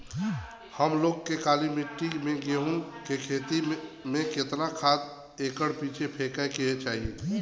हम लोग के काली मिट्टी में गेहूँ के खेती में कितना खाद एकड़ पीछे फेके के चाही?